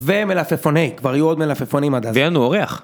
ומלפפונים, כבר יהיו עוד מלפפונים עד אז. ויהיה לנו אורח.